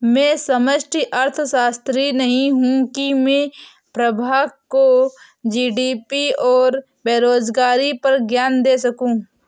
मैं समष्टि अर्थशास्त्री नहीं हूं की मैं प्रभा को जी.डी.पी और बेरोजगारी पर ज्ञान दे सकूं